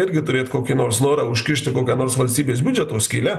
irgi turėt kokį nors norą užkišti kokią nors valstybės biudžeto skylę